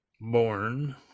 born